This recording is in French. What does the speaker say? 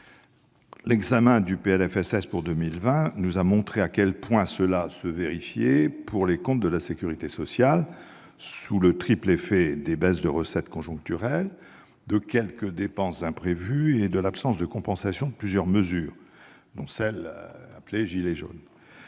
sociale (PLFSS) pour 2020 nous a montré à quel point cela se vérifiait pour les comptes de la sécurité sociale : sous le triple effet de baisses de recettes conjoncturelles, de quelques dépenses imprévues et de l'absence de compensation de plusieurs mesures, dont celles qui ont